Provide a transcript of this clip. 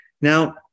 Now